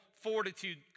fortitude